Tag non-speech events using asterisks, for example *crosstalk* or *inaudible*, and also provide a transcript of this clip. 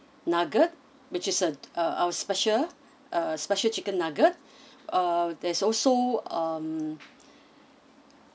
nugget which is a uh our special a special chicken nugget *breath* uh there's also um